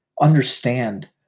understand